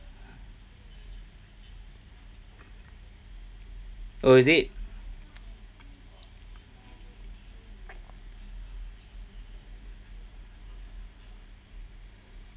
oh is it